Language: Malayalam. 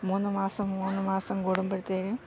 മൂന്ന് മാസം മൂന്ന് മാസം കടുമ്പോഴുത്തെനും